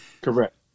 correct